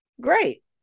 great